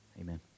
Amen